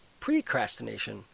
Precrastination